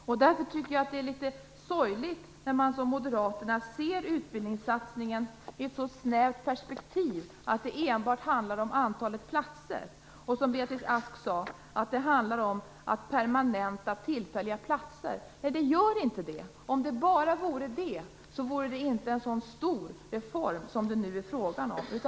Det är därför litet sorgligt när man från Moderaterna ser utbildningssatsningen i ett så snävt perspektiv att det enbart handlar om antalet platser. Beatrice Ask sade att det handlar om att permanenta tillfälliga platser. Nej, det gör inte det. Om det bara vore det vore det inte en sådan stor reform som det nu är fråga om.